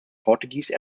portuguese